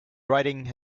writing